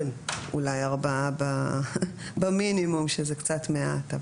אולי ארבעה במינימום, שזה קצת מעט.